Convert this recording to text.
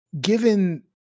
given